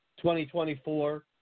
2024